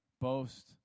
Boast